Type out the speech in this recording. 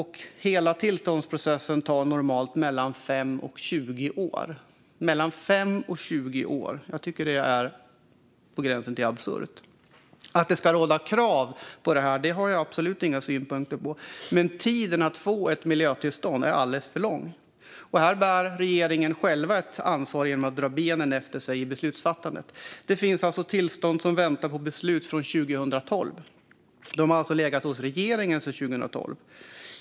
Hela tillståndsprocessen tar normalt mellan fem och tjugo år. Jag tycker att det är på gränsen till absurt. Att det ska råda krav på det här har jag absolut inga synpunkter på, men tiden det tar för att få ett miljötillstånd är alldeles för lång. Här bär regeringen själv ett ansvar genom att den drar benen efter sig i beslutsfattandet. Det finns tillstånd som väntar på beslut sedan 2012. De har alltså legat hos regeringen sedan 2012.